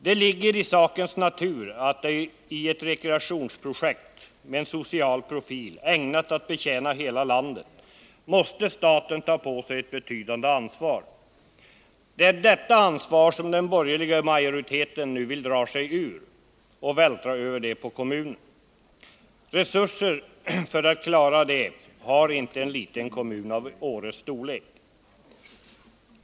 Det ligger i sakens natur att i ett rekreationsprojekt med en social profil, ägnat att betjäna hela landet, måste staten ta på sig ett betydande ansvar. Det är detta ansvar som den borgerliga majoriteten nu vill dra sig ifrån och vältra över på kommunen. Resurser för att klara det har inte en liten kommun som Åre.